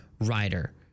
rider